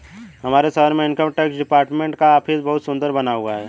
हमारे शहर में इनकम टैक्स डिपार्टमेंट का ऑफिस बहुत सुन्दर बना हुआ है